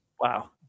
Wow